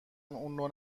اونو